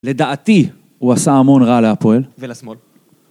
לדעתי הוא עשה המון רע להפועל. ולשמאל.